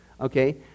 Okay